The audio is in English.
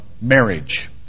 marriage